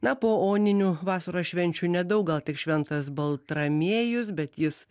na po oninių vasaros švenčių nedaug gal tik šventas baltramiejus bet jis